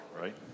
right